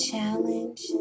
challenge